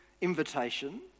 invitation